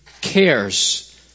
cares